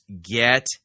get